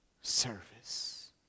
service